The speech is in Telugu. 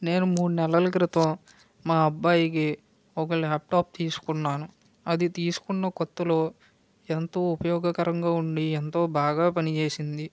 నేను మూడు నెలల క్రితం మా అబ్బాయికి ఒక ల్యాప్టాప్ తీసుకున్నాను అది తీసుకున్న కొత్తలో ఎంతో ఉపయోగకరంగా ఉండి ఎంతో బాగా పనిచేసింది